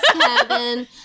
kevin